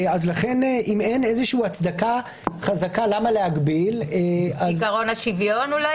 לכן אם אין איזה הצדקה חזקה להגביל --- עיקרון השוויון אולי?